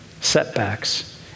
setbacks